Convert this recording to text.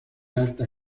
alta